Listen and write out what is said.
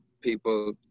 people